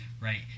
right